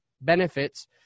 benefits